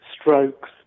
strokes